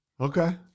Okay